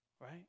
Right